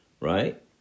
Right